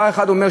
בא אחד ואומר,